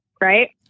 right